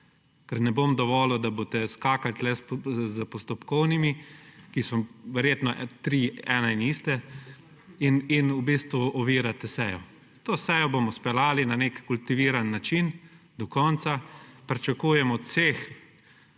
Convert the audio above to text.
ker ne bom dovolil, da boste skakali tukaj s postopkovnimi, ki so verjetno vsi trije eni in isti; in v bistvu ovirate sejo. To sejo bomo speljali na nek kultiviran način do konca. Pričakujem od vseh